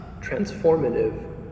transformative